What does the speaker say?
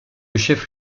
chef